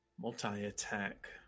multi-attack